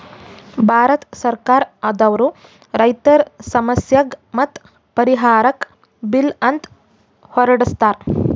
ಭಾರತ್ ಸರ್ಕಾರ್ ದವ್ರು ರೈತರ್ ಸಮಸ್ಯೆಗ್ ಮತ್ತ್ ಪರಿಹಾರಕ್ಕ್ ಬಿಲ್ ಅಂತ್ ಹೊರಡಸ್ತಾರ್